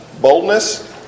Boldness